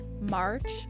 March